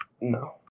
No